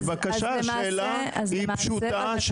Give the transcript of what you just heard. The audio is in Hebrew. השאלה היא פשוטה,